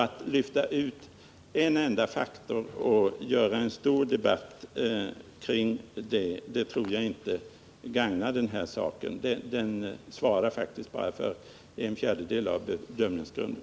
Att lyfta ut en enda faktor och ha en stor debatt kring den tror jag inte gagnar saken — medlemsantalet svarar faktiskt bara för en fjärdedel av bedömningsgrunden.